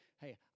hey